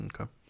Okay